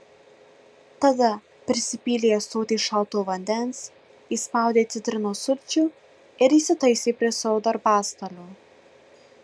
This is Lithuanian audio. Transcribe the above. tada prisipylė ąsotį šalto vandens įspaudė citrinos sulčių ir įsitaisė prie savo darbastalio